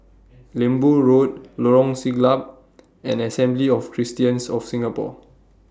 Lembu Road Lorong Siglap and Assembly of Christians of Singapore